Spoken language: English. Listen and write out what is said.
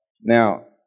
Now